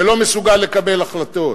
שלא מסוגל לקבל החלטות.